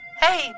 Hey